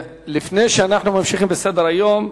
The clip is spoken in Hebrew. לפני שאנחנו ממשיכים בסדר-היום,